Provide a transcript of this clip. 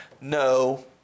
no